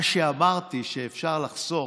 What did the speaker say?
מה שאמרתי זה שאפשר לחסוך,